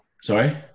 Sorry